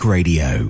Radio